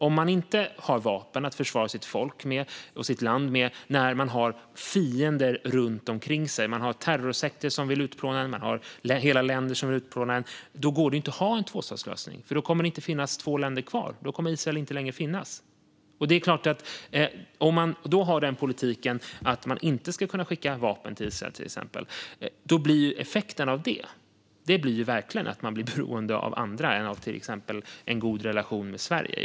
Om man inte har vapen att försvara sitt folk och sitt land med när man har fiender runt omkring sig - terrorsekter och hela länder - som vill utplåna en, då går det inte att ha en tvåstatslösning, för det kommer inte längre att finnas två länder kvar; Israel kommer inte längre att finnas. Om man har den politiken att man inte ska kunna skicka vapen till Israel blir effekten att de blir beroende av andra i stället för att ha en god relation med till exempel Sverige.